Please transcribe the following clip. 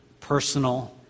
personal